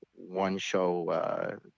one-show